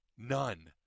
None